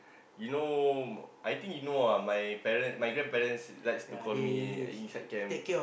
you know I think you know ah my parent my grandparents likes to call me inside camp